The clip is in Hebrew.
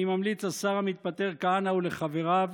אני ממליץ לשר המתפטר כהנא ולחבריו